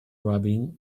rubbing